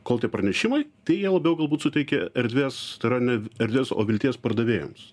kol tie pranešimai tai jie labiau galbūt suteikia erdvės tai yra ne erdvės o vilties pardavėjams